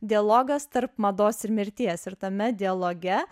dialogas tarp mados ir mirties ir tame dialoge